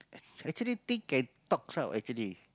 actually things can talk out actually